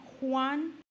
Juan